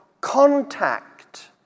contact